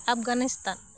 Afghanistan